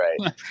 right